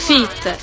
Fit